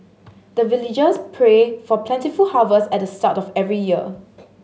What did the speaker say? the villagers pray for plentiful harvest at the start of every year